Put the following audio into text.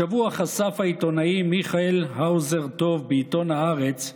השבוע חשף העיתונאי מיכאל האוזר טוב בעיתון הארץ,